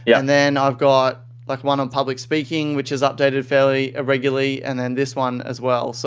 yeah and then i've got like one on public speaking, which is updated fairly irregularly. and then this one as well. so